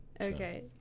Okay